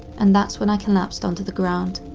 and that's when i collapsed onto the ground.